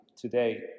today